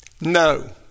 No